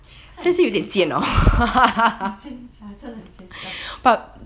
真的很奸诈很奸诈真的很奸诈